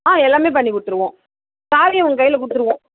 ஆ எல்லாம் பண்ணி கொடுத்துருவோம் சாவியை உங்கள் கையில் கொடுத்துருவோம்